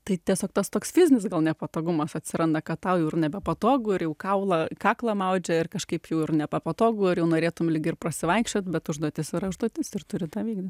tai tiesiog tas toks fizinis nepatogumas atsiranda kad tau jau ir nebepatogu ir jau kaulą kaklą maudžia ir kažkaip jau ir nebepatogu ir jau norėtum lyg ir prasivaikščiot bet užduotis yra užduotims ir turi tą vykdyt